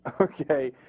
Okay